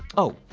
oh,